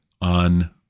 on